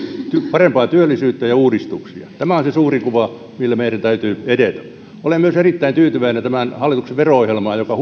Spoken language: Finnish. parempaa työllisyyttä ja uudistuksia tämä on se suuri kuva millä meidän täytyy edetä olen myös erittäin tyytyväinen tämän hallituksen vero ohjelmaan joka